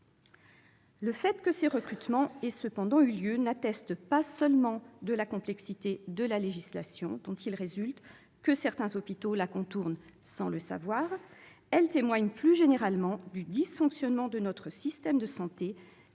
Le fait que ces recrutements aient cependant eu lieu n'atteste pas seulement de la complexité de la législation, dont il résulte que certains hôpitaux la contournent sans le savoir ; il témoigne plus généralement du dysfonctionnement de notre système de santé